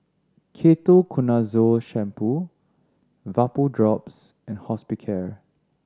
Ketoconazole Shampoo Vapodrops and Hospicare